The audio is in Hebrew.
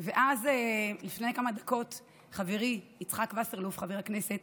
ולפני כמה דקות חברי חבר הכנסת